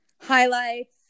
highlights